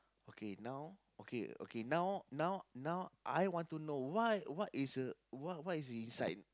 okay now okay okay now now now I want to know what what is the what is the inside